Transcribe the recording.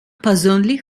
persönlich